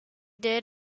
did